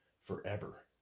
forever